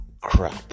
Crap